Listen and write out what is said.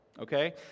Okay